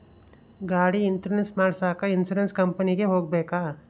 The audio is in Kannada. ಗಾಡಿ ಇನ್ಸುರೆನ್ಸ್ ಮಾಡಸಾಕ ಇನ್ಸುರೆನ್ಸ್ ಕಂಪನಿಗೆ ಹೋಗಬೇಕಾ?